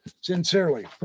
Sincerely